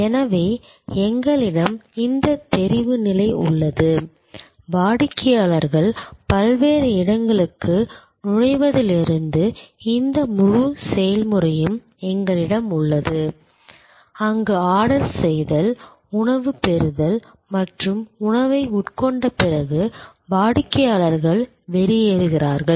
எனவே எங்களிடம் இந்த தெரிவுநிலை உள்ளது வாடிக்கையாளர்கள் பல்வேறு இடங்களுக்கு நுழைவதிலிருந்து இந்த முழு செயல்முறையும் எங்களிடம் உள்ளது அங்கு ஆர்டர் செய்தல் உணவைப் பெறுதல் மற்றும் உணவை உட்கொண்ட பிறகு வாடிக்கையாளர்கள் வெளியேறுகிறார்கள்